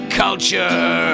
culture